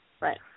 Right